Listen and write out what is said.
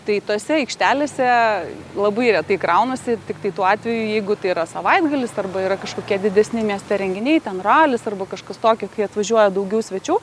tai tose aikštelėse labai retai kraunasi tiktai tuo atveju jeigu tai yra savaitgalis arba yra kažkokie didesni mieste renginiai ten ralis arba kažkas tokio kai atvažiuoja daugiau svečių